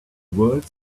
world